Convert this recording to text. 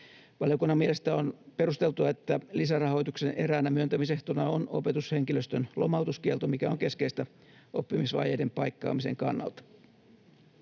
Valiokunnan mielestä on perusteltua, että lisärahoituksen eräänä myöntämisehtona on opetushenkilöstön lomautuskielto, mikä on keskeistä oppimisvajeiden paikkaamisen kannalta.